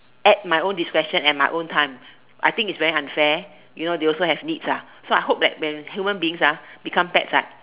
at my own discretion at my own time I think it's very unfair you know they also have needs ah so I hope that when human beings ah become pets right